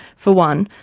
for one,